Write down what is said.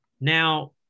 Now